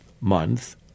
month